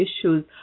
issues